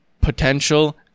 potential